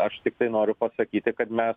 aš tiktai noriu pasakyti kad mes